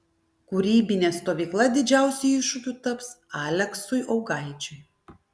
kūrybinė stovykla didžiausiu iššūkiu taps aleksui augaičiui